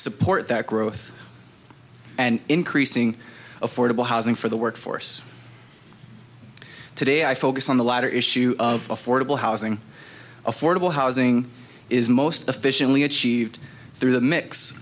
support that growth and increasing affordable housing for the workforce today i focus on the latter issue of affordable housing affordable housing is most efficiently achieved th